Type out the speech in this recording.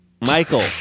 Michael